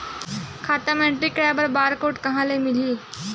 खाता म एंट्री कराय बर बार कोड कहां ले मिलही?